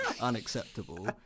unacceptable